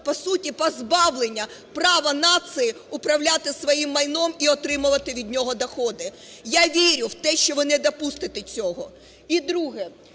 по суті, позбавлення права нації управляти своїм майном і отримувати від нього доходи. Я вірю в те, що ви не допустити цього. І друге